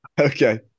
Okay